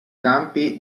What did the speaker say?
campi